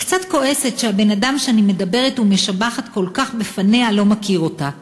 היא קצת כועסת שהבן-אדם שאני מדברת ומשבחת כל כך בפניה לא מכיר אותה.